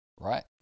right